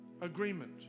agreement